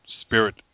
spirit